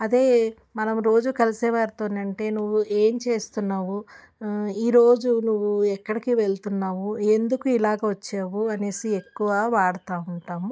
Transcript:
అదే మనం రోజూ కలిసే వారితోనంటే నువ్వు ఏం చేస్తున్నావు ఈ రోజు నువ్వు ఎక్కడికి వెళ్తున్నావు ఎందుకు ఇలాగ వచ్చావు అనేసి ఎక్కువ వాడుతూ ఉంటాము